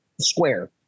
square